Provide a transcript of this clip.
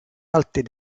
alltid